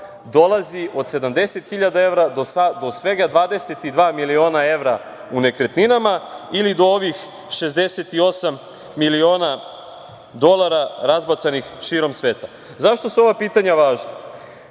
dolazi od 70.000 evra do svega 22 miliona evra u nekretninama ili do ovih 68 milina dolara razbacanih širom sveta.Zašto se ova pitanja važna?